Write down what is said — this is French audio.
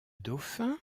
dauphin